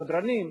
שדרנים,